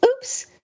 oops